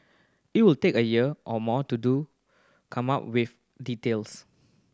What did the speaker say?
it will take a year or more to do come up with details